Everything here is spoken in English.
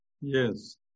Yes